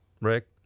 Rick